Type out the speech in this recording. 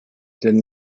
did